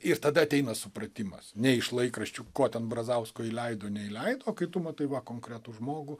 ir tada ateina supratimas ne iš laikraščių ko ten brazausko įleido neįleido o kai tu matai va konkretų žmogų